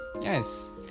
yes